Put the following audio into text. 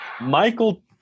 Michael